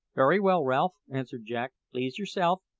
very well, ralph, answered jack please yourself.